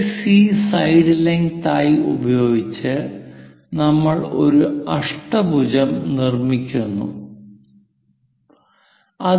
AC side length ആയി ഉപയോഗിച്ച് നമ്മൾ ഒരു അഷ്ടഭുജം നിർമ്മിക്കാൻ പോകുന്നു